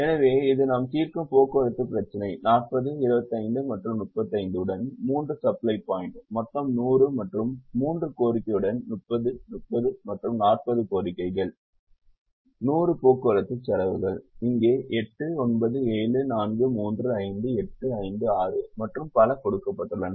எனவே இது நாம் தீர்க்கும் போக்குவரத்து பிரச்சினை 40 25 மற்றும் 35 உடன் 3 சப்ளை பாயிண்ட் மொத்தம் 100 மற்றும் 3 கோரிக்கையுடன் 30 30 மற்றும் 40 கோரிக்கைகள் 100 போக்குவரத்து செலவுகள் இங்கே 8 9 7 4 3 5 8 5 6 மற்றும் பல கொடுக்கப்பட்டுள்ளன